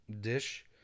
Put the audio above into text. dish